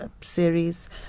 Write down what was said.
series